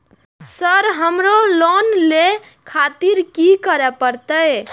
Sir हमरो loan ले खातिर की करें परतें?